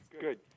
Good